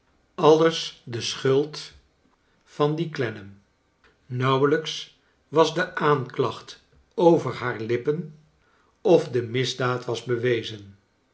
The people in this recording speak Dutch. alios de schuld van dien clennam i nauwelijks was de aanklacht over haar lippen of de misdaad was bewezen